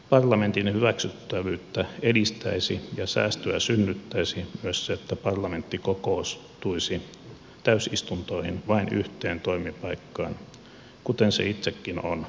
parlamentin hyväksyttävyyttä edistäisi ja säästöä synnyttäisi myös se että parlamentti kokoontuisi täysistuntoihin vain yhteen toimipaikkaan kuten se itsekin on linjannut